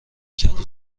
کدو